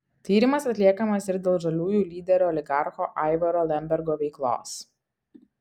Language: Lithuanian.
tyrimas atliekamas ir dėl žaliųjų lyderio oligarcho aivaro lembergo veiklos